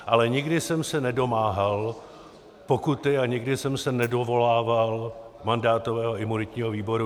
Ale nikdy jsem se nedomáhal pokuty a nikdy jsem se nedovolával mandátového a imunitního výboru.